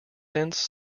since